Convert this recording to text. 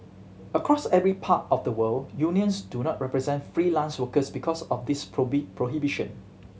across every part of the world unions do not represent freelance workers because of this prohibition